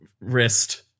wrist